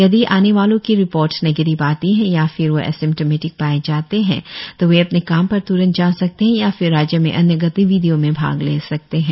यदि आने वालों की रिपोर्ट निगेटिव आती है या फिर वो एसिम्टमेटिक पाए जाते है तो वे अपने काम पर त्रंत जा सक्ते है और या फिर राज्य में अन्य गतिविधियों में भाग ले सकते है